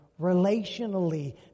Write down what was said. relationally